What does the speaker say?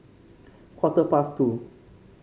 quarter past two